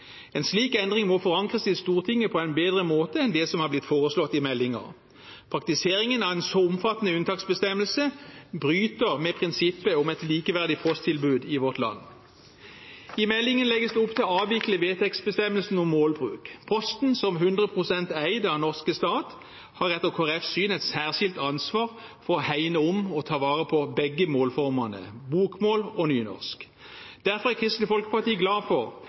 En slik endring må forankres i Stortinget på en bedre måte enn det som har blitt foreslått i meldingen. Praktiseringen av en så omfattende unntaksbestemmelse bryter med prinsippet om et likeverdig posttilbud i vårt land. I meldingen legges det opp til å avvikle vedtektsbestemmelsen om målbruk. Posten, som er 100 pst. eid av den norske stat, har etter Kristelig Folkepartis syn et særskilt ansvar for å hegne om og ta vare på begge målformene – bokmål og nynorsk. Derfor er Kristelig Folkeparti glad for